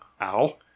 Ow